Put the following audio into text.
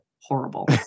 horrible